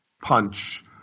punch